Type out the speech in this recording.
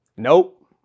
Nope